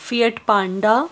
feat panda